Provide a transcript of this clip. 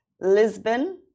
Lisbon